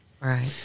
Right